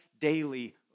daily